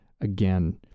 again